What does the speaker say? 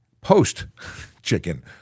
post-chicken